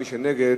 מי שנגד,